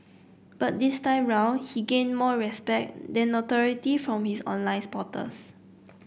but this time round he gained more respect than notoriety from his online supporters